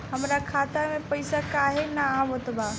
हमरा खाता में पइसा काहे ना आवत बा?